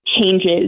changes